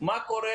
מה קורה